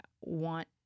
want